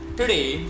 today